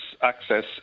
access